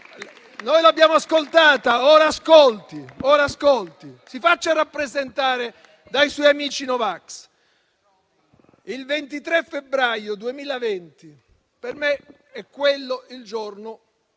Noi l'abbiamo ascoltata, ora ascolti: si faccia rappresentare dai suoi amici no vax. Il 23 febbraio 2020 per me è il giorno